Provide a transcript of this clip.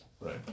Right